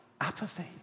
Apathy